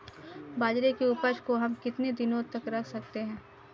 बाजरे की उपज को हम कितने दिनों तक रख सकते हैं?